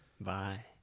bye